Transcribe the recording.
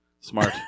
Smart